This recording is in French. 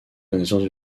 connaissance